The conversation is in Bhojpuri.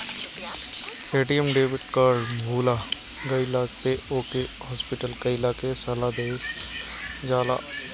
ए.टी.एम डेबिट कार्ड भूला गईला पे ओके हॉटलिस्ट कईला के सलाह देहल जाला